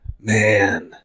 man